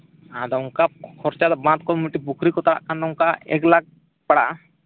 ᱟᱫᱚ ᱚᱱᱠᱟ ᱠᱷᱚᱨᱪᱟᱫᱚ ᱵᱟᱸᱫᱷᱠᱚ ᱢᱤᱫᱴᱮᱡ ᱯᱩᱠᱷᱨᱤᱠᱚ ᱛᱟᱲᱟᱣᱮᱫ ᱠᱷᱟᱱ ᱱᱚᱝᱠᱟ ᱮᱠ ᱞᱟᱠᱷ ᱯᱟᱲᱟᱜᱼᱟ